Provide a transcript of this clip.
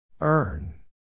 Earn